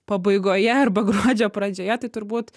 pabaigoje arba gruodžio pradžioje tai turbūt